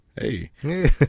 hey